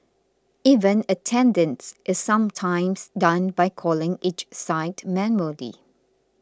even attendance is sometimes done by calling each site manually